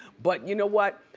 but you know what?